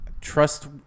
trust